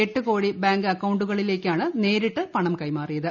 എട്ട് കോടി ബാങ്ക് അക്കൌണ്ടുകളിലേക്കാണ് നേരിട്ട് പണം കൈമാറിയത്